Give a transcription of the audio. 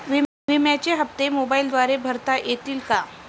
विम्याचे हप्ते मोबाइलद्वारे भरता येतील का?